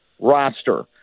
roster